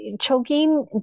choking